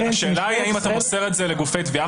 השאלה היא האם אתה תמסור את זה לגופי תביעה